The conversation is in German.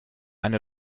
eine